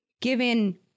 given